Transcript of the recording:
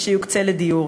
שיוקצה לדיור.